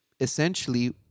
Essentially